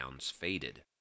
faded